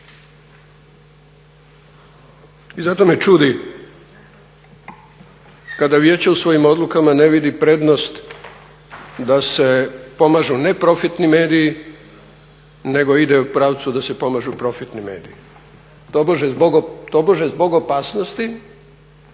I zato me čudi kada vijeće u svojim odlukama ne vidi prednost da se pomažu neprofitni mediji nego ide u pravcu da se pomažu profitni mediji, tobože zbog opasnosti